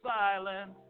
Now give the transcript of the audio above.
silent